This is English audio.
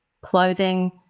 clothing